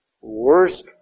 worst